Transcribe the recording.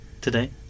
Today